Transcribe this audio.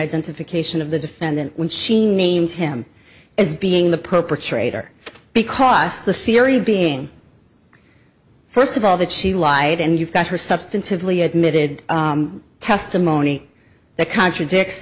identification of the defendant when she named him as being the perpetrator because the theory being first of all that she lied and you've got her substantively admitted testimony that contradicts